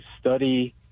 study